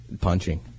Punching